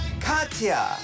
Katya